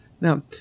Now